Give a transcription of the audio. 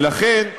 ולכן,